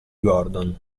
gordon